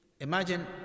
imagine